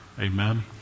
Amen